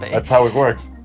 that's how it works.